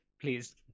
please